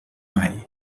mai